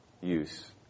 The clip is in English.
use